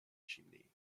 chimney